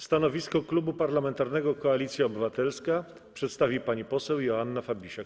Stanowisko Klubu Parlamentarnego Koalicja Obywatelska przedstawi pani poseł Joanna Fabisiak.